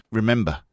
remember